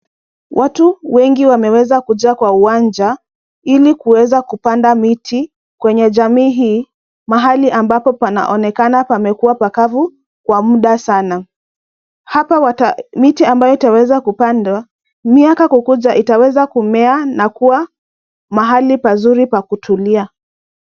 Watu wengi wameweza kukuja kwa uwanja ili kuweza kupanda miti kwenye jamii hii, mahali ambapo panaonekana pamekuwa pakavu kwa muda sana. Hapa miti ambayo itaweza kupandwa, miaka kukuja itaweza kumea na kukuwa mahali pazuri pa kutulia.